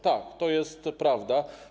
Tak, to jest prawda.